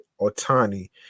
Otani